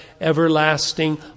everlasting